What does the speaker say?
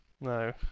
No